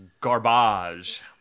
garbage